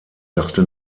dachte